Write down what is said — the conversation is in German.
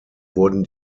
wurden